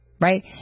right